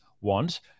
want